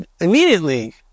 immediately